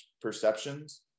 perceptions